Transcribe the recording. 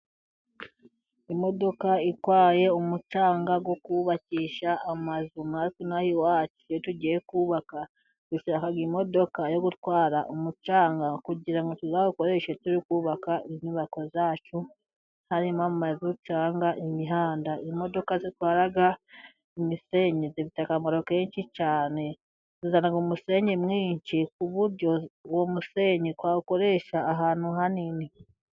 Imodoka itwaye umucanga wo kubakisha amazu, natwe ino aha iwacu iyo tugiye kubaka dushaka imodoka yo gutwara umucanga kugira ngo tuzawukoreshe turi kubaka inyubako zacu harimo amazu cyangwa imihanda. Imodoka zitwara imisenyi zifite akamaro kenshi cyane zizana umusenyi mwinshi, ku buryo uwo musenyi twawukoresha ahantu hanini.